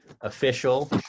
official